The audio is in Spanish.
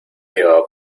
llegado